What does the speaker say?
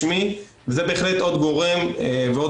לאחר שהנושא הועלה על-ידי גורמים באגף